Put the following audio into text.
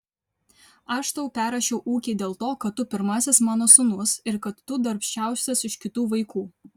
aš tau perrašiau ūkį dėl to kad tu pirmasis mano sūnus ir kad tu darbščiausias iš kitų vaikų